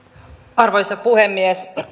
arvoisa puhemies